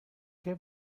que